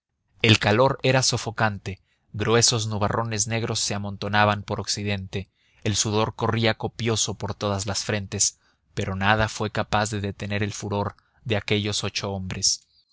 el calor era sofocante gruesos nubarrones negros se amontonaban por occidente el sudor corría copioso por todas las frentes pero nada fue capaz de detener el furor de aquellos ocho hombres